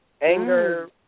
Anger